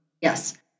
Yes